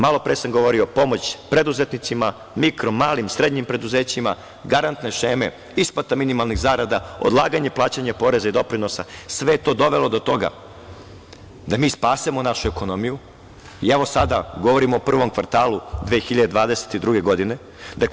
Malopre sam govorio pomoć preduzetnicima mikro, malim, srednjim preduzećima garantne šeme, isplata minimalnih zarada, odlaganje plaćanja poreza i doprinosa, sve to je dovelo do toga da mi spasemo našu ekonomiju, i evo sada govorim o prvom kvartalu 2022. godine.